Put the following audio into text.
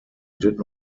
did